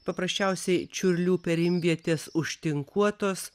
paprasčiausiai čiurlių perimvietės užtinkuotos